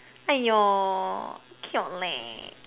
!aiyo! cute leh